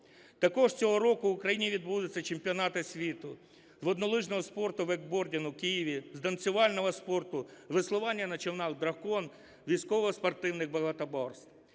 Також цього року в Україні відбудуться чемпіонати світу з воднолижного спорту, вейкбордингу в Києві, з танцювального спорту, веслування на човнах "Дракон", військово-спортивних багатоборств.